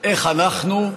איך אנחנו,